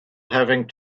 having